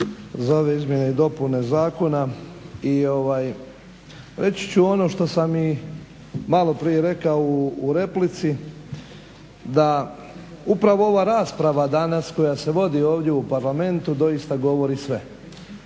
ove izmjene i dopune zakona i reći ću ono što sam i maloprije rekao u replici da upravo ova rasprava danas koja se vodi ovdje u Parlamentu doista govori sve.